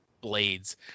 blades